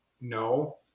no